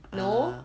no